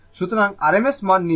সুতরাং rms মান নিন